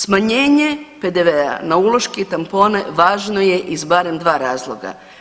Smanjenje PDV-a na uloške i tampone važno je iz barem dva razloga.